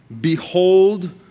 Behold